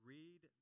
read